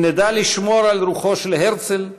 אם נדע לשמור על רוחו של הרצל,